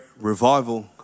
revival